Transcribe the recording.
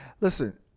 Listen